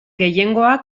gehiengoa